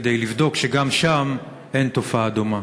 כדי לבדוק שגם שם אין תופעה דומה?